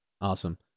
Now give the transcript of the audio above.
Awesome